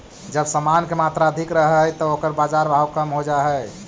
जब समान के मात्रा अधिक रहऽ हई त ओकर बाजार भाव कम हो जा हई